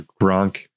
Gronk